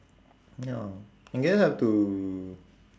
ya I guess have to